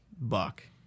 Buck